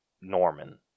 Norman